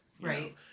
Right